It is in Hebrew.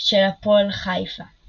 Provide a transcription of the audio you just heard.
של הפועל חיפה –